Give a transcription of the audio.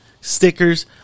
stickers